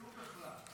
מיהו בכלל.